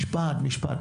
משפט, משפט.